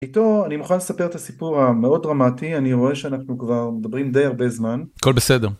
איתו אני מוכן לספר את הסיפור המאוד דרמטי אני רואה שאנחנו כבר מדברים די הרבה זמן הכל בסדר.